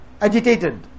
agitated